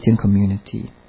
community